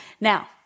Now